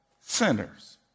sinners